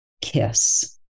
kiss